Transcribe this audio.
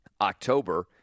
October